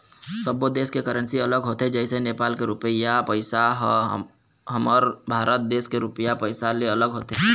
सब्बो देस के करेंसी अलग होथे जइसे नेपाल के रुपइया पइसा ह हमर भारत देश के रुपिया पइसा ले अलग होथे